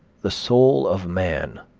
the soul of man,